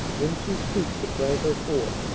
then she stooped to crank her ford.